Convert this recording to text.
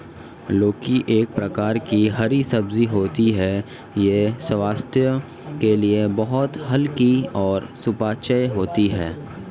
लौकी एक प्रकार की हरी सब्जी होती है यह स्वास्थ्य के लिए बहुत हल्की और सुपाच्य होती है